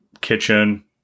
kitchen